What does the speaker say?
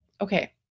Okay